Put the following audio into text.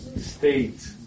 state